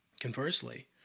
Conversely